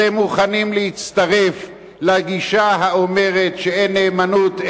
אתם מוכנים להצטרף לגישה האומרת שאין נאמנות,